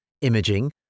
imaging